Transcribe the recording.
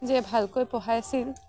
যে ভালকৈ পঢ়াইছিল